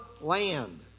land